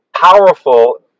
powerful